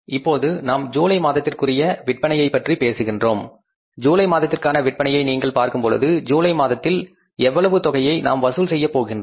இப்போது நாம் ஜூலை மாதத்திற்குரிய விற்பனையை பற்றி பேசுகின்றோம் ஜூலை மாதத்திற்கான விற்பனையை நீங்கள் பார்க்கும் பொழுது ஜூலை மாதத்தில் எவ்வளவு தொகையை நாம் வசூல் செய்யப் போகின்றோம்